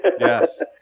Yes